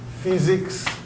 physics